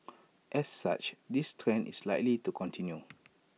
as such this trend is likely to continue